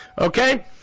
Okay